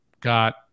got